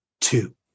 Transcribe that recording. two